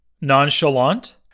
nonchalant